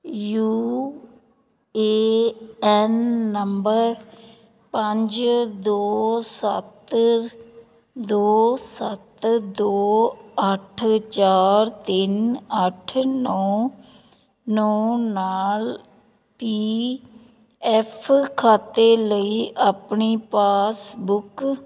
you A N number ਪੰਜ ਦੋ ਸੱਤ ਦੋ ਸੱਤ ਦੋ ਅੱਠ ਚਾਰ ਤਿੰਨ ਅੱਠ ਨੌਂ ਨੌਂ ਨਾਲ ਪੀ ਐੱਫ ਖਾਤੇ ਲਈ ਆਪਣੀ ਪਾਸਬੁੱਕ